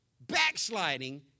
backsliding